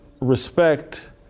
respect